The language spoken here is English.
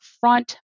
front